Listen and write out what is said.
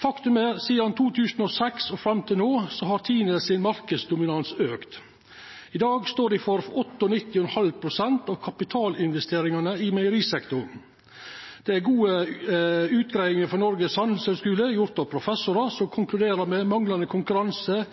Faktum er at sidan 2006 og fram til no har Tine sin marknadsdominans auka. I dag står dei for 98,5 pst. av kapitalinvesteringane i meierisektoren. Det er gode utgreiingar frå Norges Handelshøyskole gjorde av professorar som konkluderer med manglande konkurranse